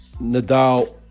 Nadal